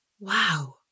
wow